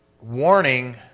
warning